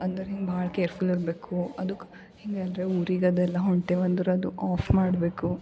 ಅಂದರೆ ಹಿಂಗೆ ಭಾಳ ಕೇರ್ಫುಲ್ಯಿರಬೇಕು ಅದುಕ್ಕೆ ಹಿಂಗೆ ಎಲ್ಲರ ಊರಿಗೆ ಅದೆಲ್ಲ ಹೊಂಟೆವು ಅಂದ್ರೆ ಅದು ಆಫ್ ಮಾಡಬೇಕು